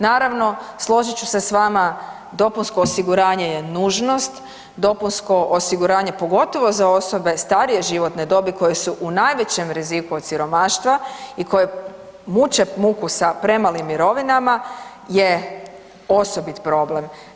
Naravno složit ću se s vama, dopunsko osiguranje je nužnost, dopunsko osiguranje pogotovo za osobe starije životne dobi koje su u najvećem riziku od siromaštva i koje muče muku sa premalim mirovinama je osobit problem.